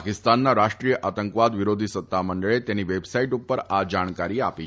પાકિસ્તાનના રાષ્ટ્રીય આતંકવાદ વિરોધી સત્તામંડળે તેની વેબ સાઇટ ઉપર આ જાણકારી આપી છે